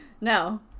no